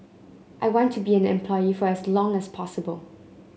I want to be an employee for as long as possible